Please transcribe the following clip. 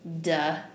Duh